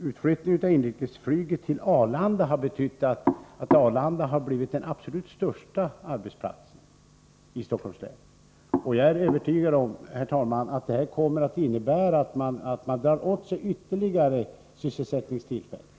Utflyttningen av inrikesflyget till Arlanda har betytt att Arlanda har blivit den absolut största arbetsplatsen i Stockholms län. Jag är övertygad om, herr talman, att detta kommer att innebära att området härigenom drar åt sig ytterligare arbetstillfällen.